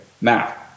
now